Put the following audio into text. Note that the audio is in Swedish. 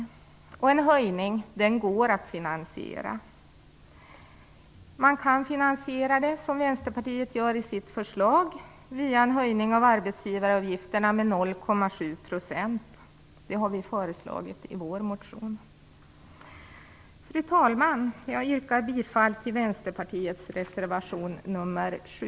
En höjning går också att finansiera. Den kan, som vi i Vänsterpartiet har föreslagit i vår motion, finansieras via en höjning av arbetsgivaravgifterna med 0,7 %. Fru talman! Jag yrkar bifall till Vänsterpartiets reservation nr 7.